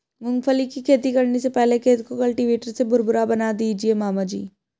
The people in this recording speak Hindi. मूंगफली की खेती करने से पहले खेत को कल्टीवेटर से भुरभुरा बना दीजिए मामा जी